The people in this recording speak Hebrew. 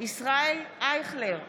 ישראל אייכלר,